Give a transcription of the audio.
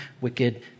wicked